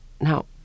Now